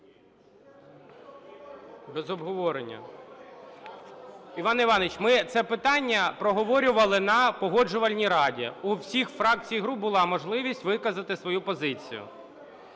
Без обговорення. Іван Іванович, ми це питання проговорювали на Погоджувальній раді. У всіх фракцій і груп була можливість виказати свою позицію.